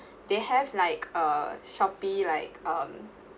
they have like uh Shopee like um